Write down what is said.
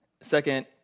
Second